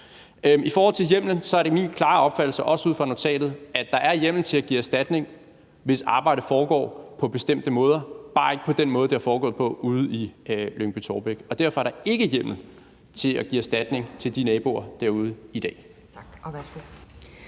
I forhold til hjemmelen er det min klare opfattelse, også ud fra notatet, at der er hjemmel til at give erstatning, hvis arbejdet foregår på bestemte måder – bare ikke på den måde, det har foregået på ude i Lyngby-Taarbæk, og derfor er der i dag ikke hjemmel til at give erstatning til de naboer. Kl.